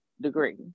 degree